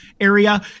area